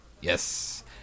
Yes